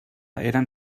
eren